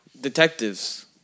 detectives